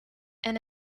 and